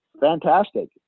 fantastic